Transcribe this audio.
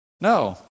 No